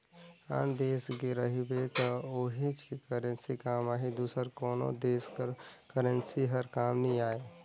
आन देस गे रहिबे त उहींच के करेंसी काम आही दूसर कोनो देस कर करेंसी हर काम नी आए